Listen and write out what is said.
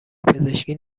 پزشکی